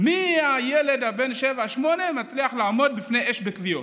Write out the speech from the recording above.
מי יהיה הילד בן השבע או שמונה שמצליח לעמוד בפני אש וכוויות.